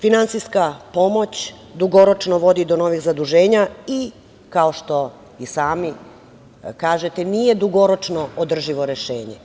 Finansijska pomoć dugoročno vodi do novih zaduženja i, kao što i sami kažete, nije dugoročno održivo rešenje.